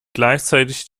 gleichzeitig